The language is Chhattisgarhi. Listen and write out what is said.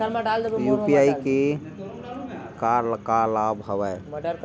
यू.पी.आई के का का लाभ हवय?